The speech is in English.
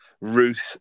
ruth